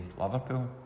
Liverpool